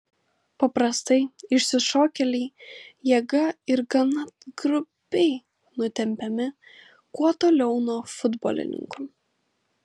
paprastai išsišokėliai jėga ir gana grubiai nutempiami kuo toliau nuo futbolininkų